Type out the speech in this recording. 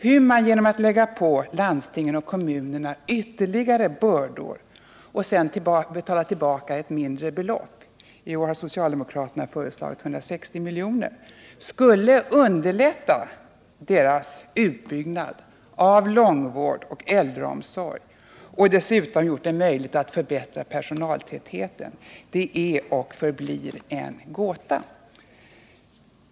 Hur man genom att lägga på landstingen och kommunerna ytterligare bördor och sedan betala tillbaka ett mindre belopp — socialdemokraterna har i år föreslagit 160 miljoner — skulle kunna underlätta utbyggnaden av långvård och äldreomsorg och dessutom göra det möjligt att förbättra personaltätheten är och förblir en gåta.